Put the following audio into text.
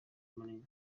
munini